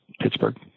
Pittsburgh